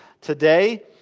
today